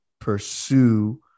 pursue